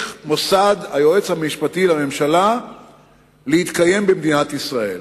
מוסד היועץ המשפטי לממשלה להתקיים במדינת ישראל.